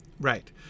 Right